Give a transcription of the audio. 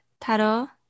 Taro